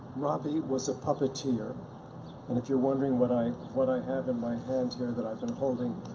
robbie was a puppeteer and if you're wondering what i what i have in my hand here that i've been holding,